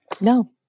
no